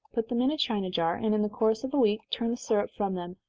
put them in a china jar, and in the course of a week turn the syrup from them,